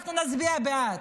אנחנו נצביע בעד,